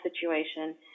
situation